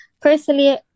Personally